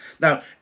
Now